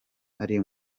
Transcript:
ari